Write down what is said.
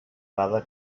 dada